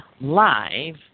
live